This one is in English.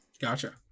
gotcha